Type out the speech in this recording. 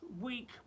week